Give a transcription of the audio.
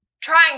trying